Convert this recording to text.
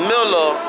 Miller